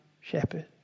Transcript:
shepherd